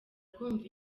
kumva